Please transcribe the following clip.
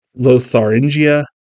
Lotharingia